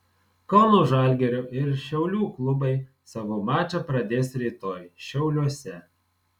kauno žalgirio ir šiaulių klubai savo mačą pradės rytoj šiauliuose